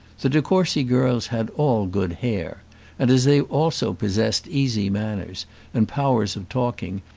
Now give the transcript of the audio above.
the de courcy girls had all good hair and, as they also possessed easy manners and powers of talking,